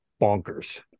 bonkers